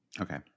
Okay